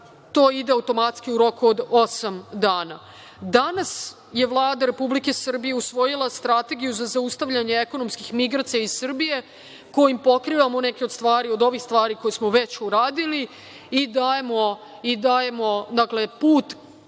to ide automatski u roku od osam dana. Danas je Vlada Republike Srbije usvojila Strategiju za zaustavljanje ekonomskih migracija iz Srbije, kojom pokrivamo neke od ovih stvari koje smo već uradili i dajemo put